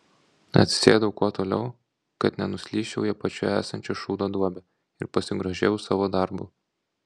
atsisėdau kuo toliau kad nenuslysčiau į apačioje esančią šūdo duobę ir pasigrožėjau savo darbu